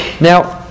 Now